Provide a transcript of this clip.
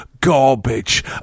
garbage